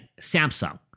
Samsung